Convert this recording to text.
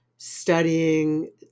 studying